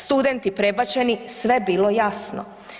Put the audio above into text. Studenti prebačeni, sve bilo jasno.